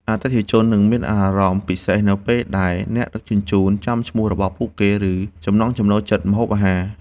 អតិថិជននឹងមានអារម្មណ៍ពិសេសនៅពេលដែលអ្នកដឹកជញ្ជូនចាំឈ្មោះរបស់ពួកគេ ឬចំណង់ចំណូលចិត្តម្ហូបអាហារ។